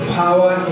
power